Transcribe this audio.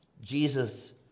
Jesus